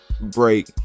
break